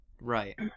right